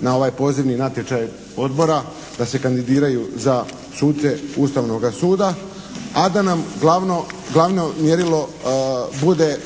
na ovaj pozivni natječaj odbora, da se kandidiraju za suce Ustavnoga suda, a da nam glavno mjerilo bude